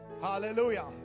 hallelujah